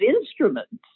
instruments